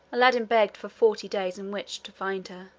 aladdin begged for forty days in which to find her,